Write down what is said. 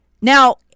Now